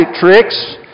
tricks